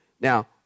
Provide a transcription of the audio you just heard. Now